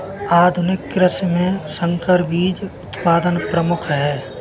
आधुनिक कृषि में संकर बीज उत्पादन प्रमुख है